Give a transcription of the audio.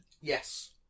Yes